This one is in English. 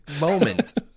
moment